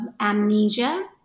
amnesia